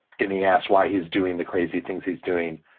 did he ask why he's doing the crazy things he's doing?